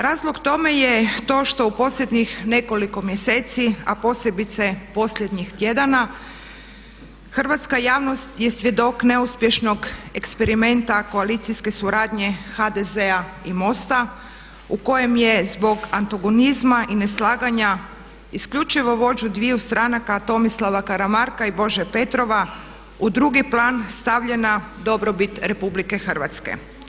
Razlog tome je to što u posljednjih nekoliko mjeseci a posebice posljednjih tjedana hrvatska javnost je svjedok neuspješnog eksperimenta koalicijske suradnje HDZ-a i MOST-a u kojem je zbog antagonizma i neslaganja isključivo vođu dviju stranaka Tomislava i Karamarka i Bože Petrova u drugi plan stavljena dobrobit RH.